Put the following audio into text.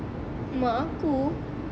mak aku